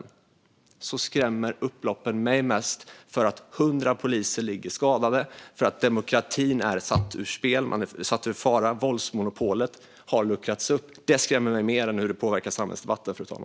Men till skillnad från vad som skrämmer henne mest skrämmer upploppen mig mest för att hundra poliser ligger skadade, för att demokratin är satt ur spel och för att våldsmonopolet har luckrats upp. Det skrämmer mig mer än hur de påverkar samhällsdebatten.